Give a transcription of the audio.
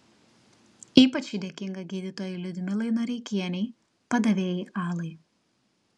ypač ji dėkinga gydytojai liudmilai noreikienei padavėjai alai